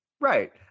right